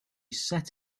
set